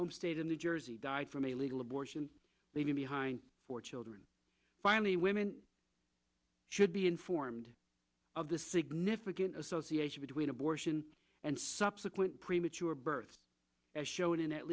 home state of new jersey died from a legal abortion leaving behind four children finally women should be informed of the significant association between abortion and subsequent premature birth as shown in at